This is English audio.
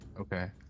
okay